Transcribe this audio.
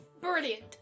Brilliant